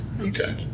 okay